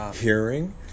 hearing